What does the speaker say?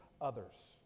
others